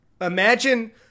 imagine